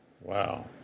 Wow